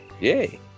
Yay